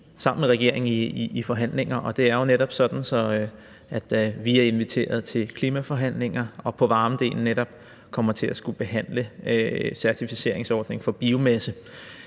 sammen med regeringen i forhandlinger. Og det er netop sådan, at vi er inviteret til klimaforhandlinger og netop på varmedelen kommer til at skulle behandle certificeringsordning for biomasse.